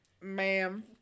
Ma'am